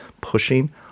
pushing